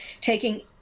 taking